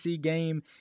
game